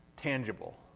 tangible